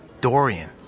Dorian